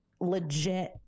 legit